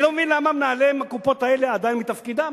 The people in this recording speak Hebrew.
אני לא מבין למה מנהלי הקופות האלה עדיין בתפקידם,